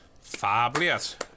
Fabulous